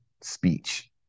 speech